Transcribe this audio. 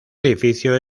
edificio